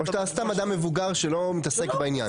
או שאתה אדם מבוגר שלא מתעסק בעניין.